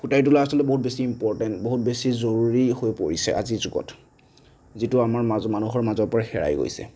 ফুটাই তোলা আচলতে বহুত বেছি ইম্পৰ্টেণ্ট বহুত বেছি জৰুৰী হৈ পৰিছে আজিৰ যুগত যিটো আমাৰ মানুহৰ মাজৰ পৰা হেৰাই গৈছে